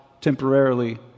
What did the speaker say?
temporarily